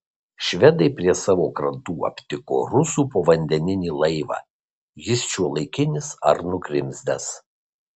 švedai prie savo krantų aptiko rusų povandeninį laivą jis šiuolaikinis ar nugrimzdęs